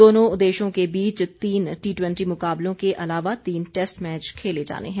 दोनों देशों के बीच तीन टी ट्वेंटी मुकाबलों के अलावा तीन टैस्ट मैच खेले जाने हैं